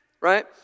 right